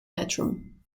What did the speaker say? bedroom